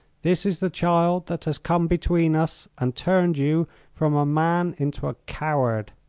this is the child that has come between us and turned you from a man into a coward.